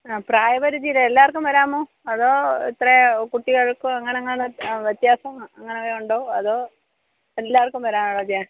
ആ പ്രായപരിധിയില്ല എല്ലാവർക്കും വരാമോ അതോ ഇത്രേ കുട്ടികൾക്ക് അങ്ങനെ എങ്ങാനും വ്യത്യാസം അങ്ങനെ ഉണ്ടോ അതോ എല്ലാവർക്കും വരാൻ ആണോ ധ്യാ